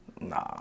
Nah